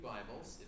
Bibles